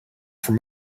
from